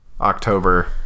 October